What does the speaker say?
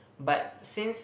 but since